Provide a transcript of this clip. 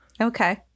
Okay